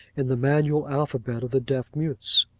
in the manual alphabet of the deaf mutes.